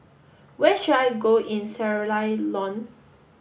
where should I go in Sierra Leone